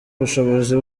ubushobozi